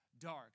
dark